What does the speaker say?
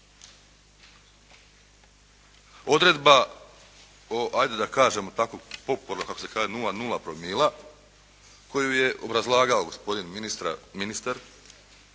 Odredba o ajde da kažem tako popularno kako se kaže 00 promila koju je obrazlagao gospodin ministar,